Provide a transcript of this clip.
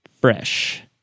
fresh